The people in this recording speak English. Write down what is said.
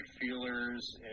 feelers